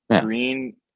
Green